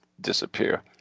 disappear